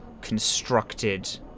Constructed